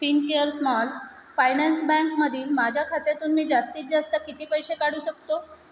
Fincare small finance बँकमधील माझ्या खात्यातून मी जास्तीत जास्त किती पैसे काढू शकतो